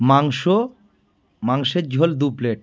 মাংস মাংসের ঝোল দু প্লেট